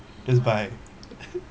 just buy